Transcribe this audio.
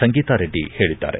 ಸಂಗೀತಾ ರೆಡ್ಡಿ ಹೇಳಿದ್ದಾರೆ